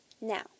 Now